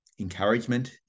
encouragement